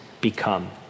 become